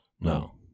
No